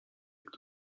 kto